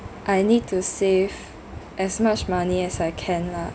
I need to save as much money as I can lah